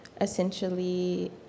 essentially